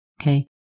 Okay